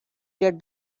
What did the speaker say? get